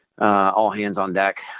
all-hands-on-deck